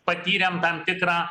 patyrėm tam tikrą